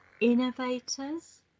innovators